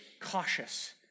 cautious